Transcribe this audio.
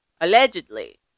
allegedly